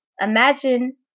imagine